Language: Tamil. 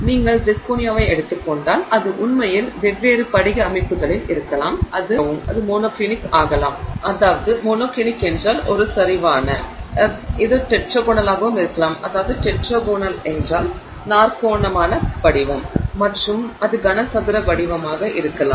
நீங்கள் சிர்கோனியாவை எடுத்துக் கொண்டால் அது உண்மையில் வெவ்வேறு படிக அமைப்புகளில் இருக்கலாம் அது மோனோக்ளினிக் ஆகலாம் இது டெட்ராகோனலாக இருக்கலாம் மற்றும் அது கனசதுர வடிவமாக இருக்கலாம்